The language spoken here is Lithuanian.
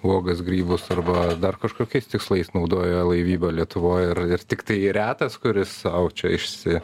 uogas grybus arba dar kažkokiais tikslais naudoja laivybą lietuvoj ir ir tiktai retas kuris sau čia išsi